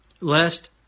Lest